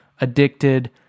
addicted